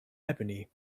ebony